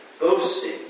boasting